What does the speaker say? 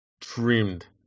trimmed